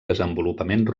desenvolupament